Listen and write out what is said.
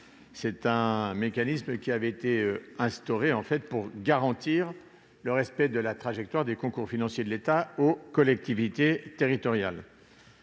Ce mécanisme avait été instauré pour garantir le respect de la trajectoire des concours financiers de l'État aux collectivités territoriales.